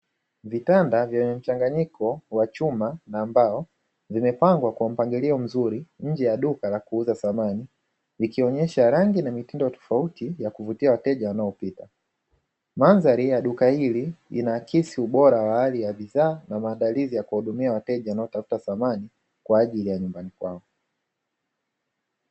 Vitanda vyenye mchanganyiko wa chuma na mbao vimepangwa kwa mpangilio mzuri nje ya duka la kuuza samani, vikionesha na rangi na mitindo tofauti ya kuvutia wateja wanaopita. Mandhari ya duka hili inaakisi ubora wa hali ya bidhaa na maandalizi ya kuhudumia wateja wanaotafuta samani kwa ajili ya nyumbani kwao.